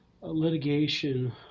litigation